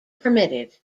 permitted